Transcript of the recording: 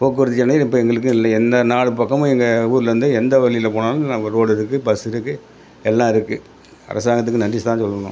போக்குவரத்து எண்ணைலும் இப்போ எங்களுக்கு இல்லை எந்த நாலு பக்கமும் எங்கள் ஊருலேருந்து எந்த வழியில் போனாலும் அங்கே ரோடு இருக்குது பஸ்ஸு இருக்குது எல்லாம் இருக்குது அரசாங்கத்துக்கு நன்றி தான் சொல்லணும்